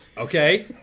Okay